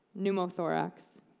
pneumothorax